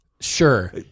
Sure